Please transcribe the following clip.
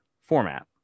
format